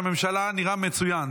ראש הממשלה נראה מצוין.